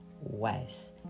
wise